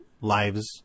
lives